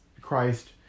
Christ